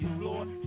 lord